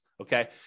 okay